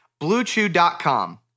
BlueChew.com